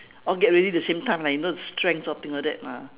all get ready the same time like you know strength sort thing like that ah